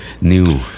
new